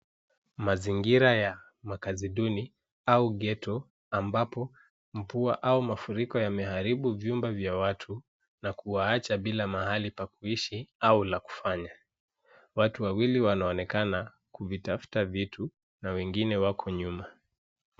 Mazingira ya makazi duni au ghetto ambapo mvua au mafuriko yameharibu vyumba vya watu na kuwaacha bila mahali pa kuishi au la kufanya. Watu wawili wanaonekana kuvitafuta vitu na wengine wako nyuma.